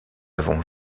avons